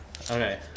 Okay